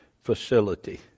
facility